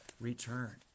return